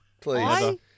Please